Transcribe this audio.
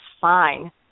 fine